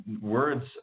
words